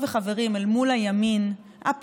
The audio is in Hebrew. דבר על העלייה, אחמד.